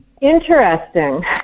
Interesting